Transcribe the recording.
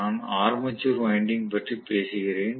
நான் armature winding பற்றி பேசுகிறேன்